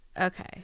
Okay